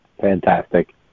Fantastic